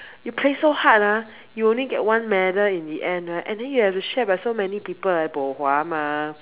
you play so hard ah you only get one medal in the end right and then you need to share by so many people bo hua mah